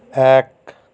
এক